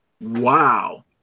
wow